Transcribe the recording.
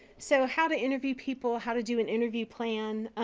so how to interview people, how to do an interview plan,